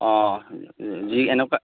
অঁ যি এনেকুৱা